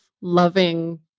loving